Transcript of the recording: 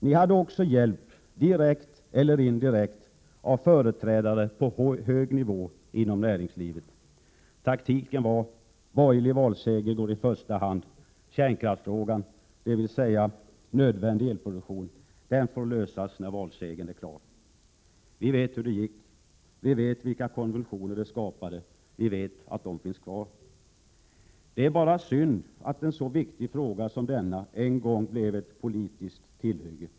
Ni hade också hjälp — direkt eller indirekt — av företrädare för näringslivet på hög nivå. Taktiken var: Borgerlig valseger går i första hand. Kärnkraftsfrågan — dvs. nödvändig elproduktion — får lösas när valsegern är över. Vi vet hur det gick. Vi vet vilka konvulsioner som skapades. Vi vet att de finns kvar. Det är bara synd att en så viktig fråga som denna en gång blev ett politiskt tillhygge.